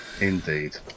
indeed